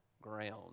ground